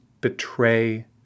betray